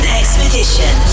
expedition